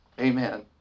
Amen